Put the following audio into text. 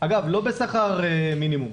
אגב לא בשכר מינימום,